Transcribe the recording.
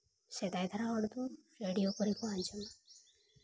ᱥᱮᱫᱟᱭ ᱫᱷᱟᱨᱟ ᱦᱚᱲ ᱫᱚ ᱨᱮᱰᱤᱭᱳ ᱠᱚᱨᱮ ᱠᱚ ᱟᱸᱡᱚᱢᱟ